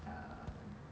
um